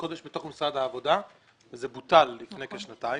קודש בתוך משרד העבודה וזה בוטל לפני כשנתיים.